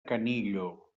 canillo